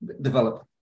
develop